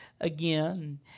again